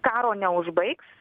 karo neužbaigs